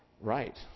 right